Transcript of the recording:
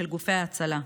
של גופי ההצלה,